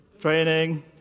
Training